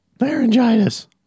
laryngitis